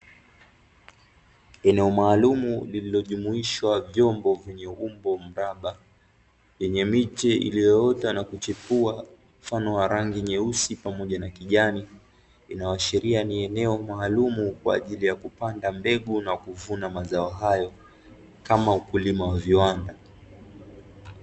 Eneo maalumu, lililojumuishwa vyombo vyenye umbo mraba, yenye miche iliyoota na kuchepua, mfano wa rangi nyeusi pamoja na kijani, inayoashiria ni eneo maalumu kwa ajili ya kupanda mbegu na kuvuna mazao hayo kama wakulima wa viwanda.